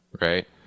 right